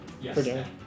Yes